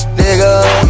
nigga